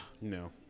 No